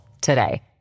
today